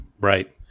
right